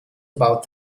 about